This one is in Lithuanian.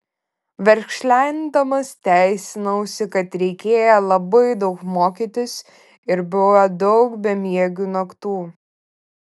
verkšlendamas teisinausi kad reikėję labai daug mokytis ir buvę daug bemiegių naktų